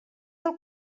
del